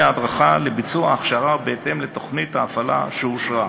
הדרכה לביצוע ההכשרה בהתאם לתוכנית ההפעלה שאושרה.